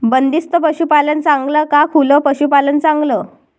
बंदिस्त पशूपालन चांगलं का खुलं पशूपालन चांगलं?